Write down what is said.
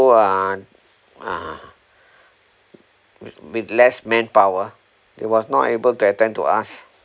uh ah ha ha with less manpower it was not able to attend to us